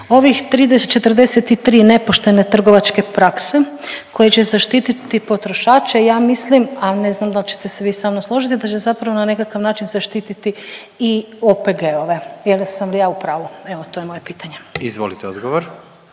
Ovih 30, 43 nepoštene trgovačke prakse koje će zaštititi potrošače ja mislim, a ne znam da li ćete se vi sa mnom složiti, da će zapravo na nekakav način zaštititi i OPG-ove. Je li sam ja u pravu? Evo to je moje pitanje. **Jandroković,